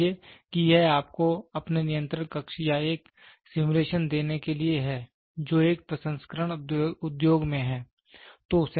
मान लीजिए कि यह आपको अपने नियंत्रण कक्ष का एक सिमुलेशन देने के लिए है जो एक प्रसंस्करण उद्योग में है